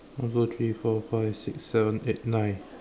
one two three four five six seven eight nine